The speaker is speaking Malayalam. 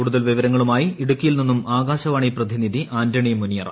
കൂടുതൽ വിവരങ്ങളുമായി ഇടുക്കിയിൽ നിന്നും ആകാശവാണി പ്രതിനിധി ആന്റണി മുനിയറ